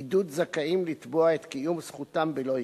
עידוד זכאים לתבוע את קיום זכותם בלא עיכוב,